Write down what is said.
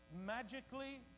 magically